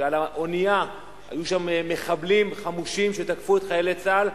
כשעל האונייה היו מחבלים חמושים שתקפו את חיילי צה"ל,